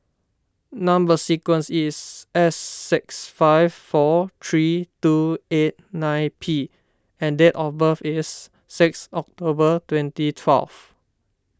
Number Sequence is S six five four three two eight nine P and date of birth is six October twenty twelve